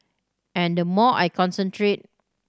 and the more I concentrate